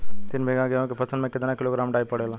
तीन बिघा गेहूँ के फसल मे कितना किलोग्राम डाई पड़ेला?